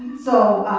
so,